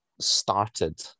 started